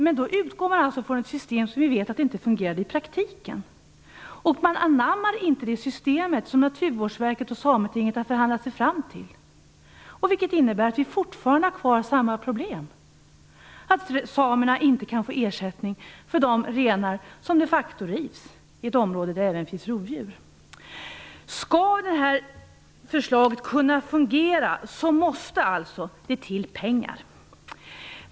Man utgår alltså från ett system som vi vet inte fungerade i praktiken. Man anammar inte det system som Naturvårdsverket och Sametinget har förhandlat sig fram till. Det innebär att vi har kvar samma problem, att samerna inte kan få ersättning för de renar som de facto rivs i ett område där det även finns rovdjur. Om det här förslaget skall kunna fungera måste det alltså anslås pengar.